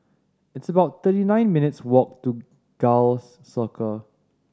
it's about thirty nine minutes' walk to Gul Circle